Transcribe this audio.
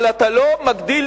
אבל אתה לא מגדיל